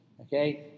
okay